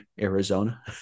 Arizona